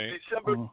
December